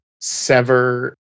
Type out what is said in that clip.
sever